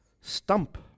stump